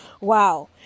Wow